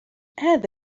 هذا